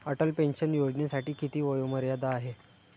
Atal pension योजनेसाठी किती वयोमर्यादा आहे?